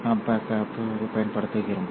நாம் கப்ளர்களைப் பயன்படுத்துகிறோம்